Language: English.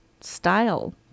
style